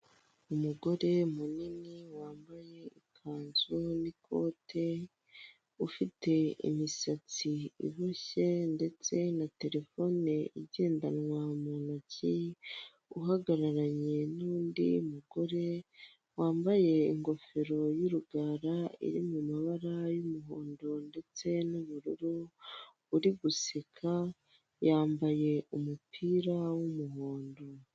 Umugore munini wambaye ikanzu n'ikote ufite imisatsi iboshye ndetse na terefone igendanwa mu ntoki, uhagararanye n'undi mugore wambaye ingofero y'urugara iri mu mabara y'umuhondo ndetse n'ubururu, uri guseka yambaye umupira w'umuhondo.